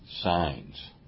Signs